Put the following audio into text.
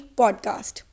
podcast